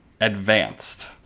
Advanced